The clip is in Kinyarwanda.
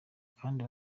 kandi